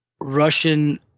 Russian